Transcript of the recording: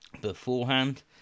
beforehand